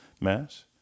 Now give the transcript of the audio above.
Mass